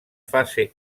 fase